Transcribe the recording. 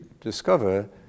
discover